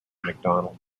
mcdonald